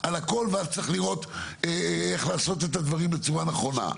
על הכל אז צריך לראות איך לעשות את הדברים בצורה נכונה.